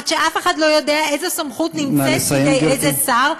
עד שאף אחד לא יודע איזו סמכות נמצאת בידי איזה שר,